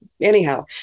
anyhow